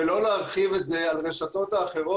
ולא להרחיב את זה על הרשתות האחרות,